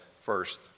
first